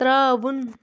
ترٛاوُن